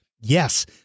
Yes